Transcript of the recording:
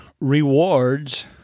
rewards